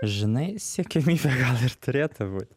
žinai siekiamybė gal ir turėtų būt